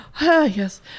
Yes